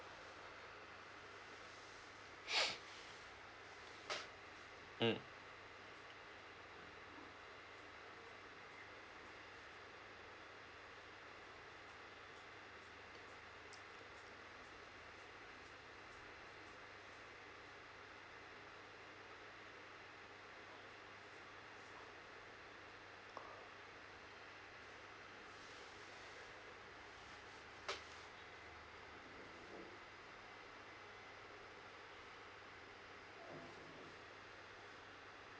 mm